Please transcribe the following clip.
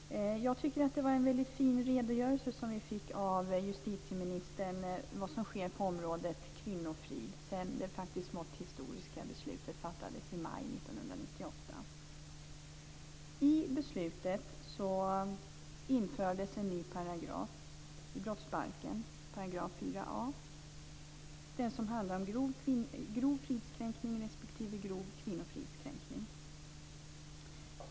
Fru talman! Jag tycker att det var en väldigt fin redogörelse som vi fick av justitieministern om vad som sker på området kvinnofrid sedan det smått historiska beslutet fattades i maj 1998. Vid beslutet infördes en ny paragraf i brottsbalken, 4a §, som handlar om grov fridskränkning respektive grov kvinnofridskränkning.